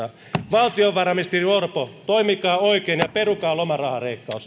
valtiovarainministeri orpo toimikaa oikein ja perukaa lomarahaleikkaus arvoisa puhemies